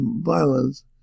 violence